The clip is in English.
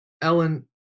ellen